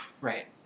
Right